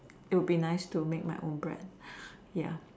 it will be nice to make my own brand ya